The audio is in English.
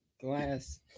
glass